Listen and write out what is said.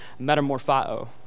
metamorpho